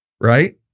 Right